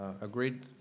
Agreed